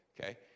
okay